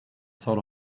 sort